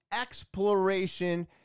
exploration